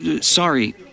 sorry